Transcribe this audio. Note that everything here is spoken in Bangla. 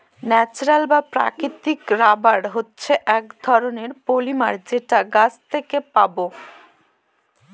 ন্যাচারাল বা প্রাকৃতিক রাবার হচ্ছে এক রকমের পলিমার যেটা গাছ থেকে পাবো